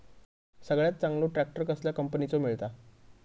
सगळ्यात चांगलो ट्रॅक्टर कसल्या कंपनीचो मिळता?